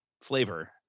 flavor